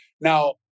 Now